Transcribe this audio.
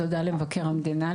תודה למבקר המדינה,